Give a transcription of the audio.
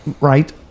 right